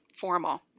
formal